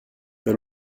per